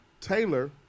Taylor